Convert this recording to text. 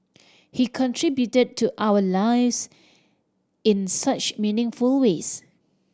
he contributed to our lives in such meaningful ways